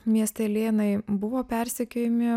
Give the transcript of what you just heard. miestelėnai buvo persekiojami